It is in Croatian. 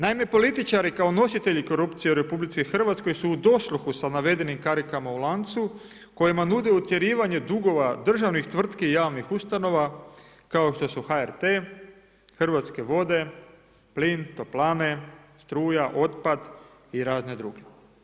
Naime, političari kao nositelji korupcije u RH su u dosluhu sa navedenim karikama u lancu kojima nude utjerivanje dugova državnih tvrtki i javnih ustanova kao što su HRT, Hrvatske vode, plin, toplane, struja, otpad i razne druge.